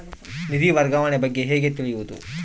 ನಿಧಿ ವರ್ಗಾವಣೆ ಬಗ್ಗೆ ಹೇಗೆ ತಿಳಿಯುವುದು?